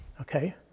okay